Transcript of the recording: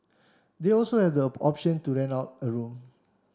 they also have the option to rent out a room